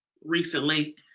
recently